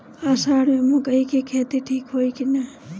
अषाढ़ मे मकई के खेती ठीक होई कि ना?